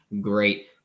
great